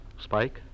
Spike